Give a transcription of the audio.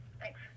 Thanks